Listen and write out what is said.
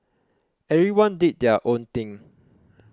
everyone did their own thing